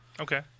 Okay